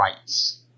rights